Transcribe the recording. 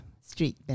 street